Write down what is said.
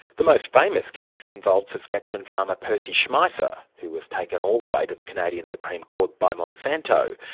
the most famous case involved saskatchewan farmer, percy schmeizer, who was taken all the way to the canadian supreme court by monsanto,